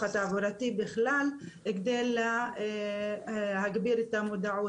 התעבורתי בכלל כדי להגביר את המודעות.